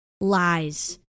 Lies